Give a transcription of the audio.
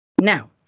Now